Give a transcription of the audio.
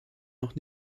noch